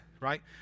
right